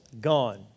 gone